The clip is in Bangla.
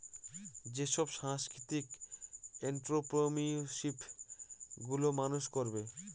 যেসব সাংস্কৃতিক এন্ট্ররপ্রেনিউরশিপ গুলো মানুষ করবে